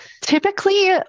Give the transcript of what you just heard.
typically